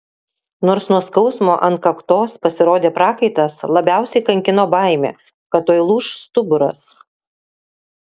nors nuo skausmo ant kaktos pasirodė prakaitas labiausiai kankino baimė kad tuoj lūš stuburas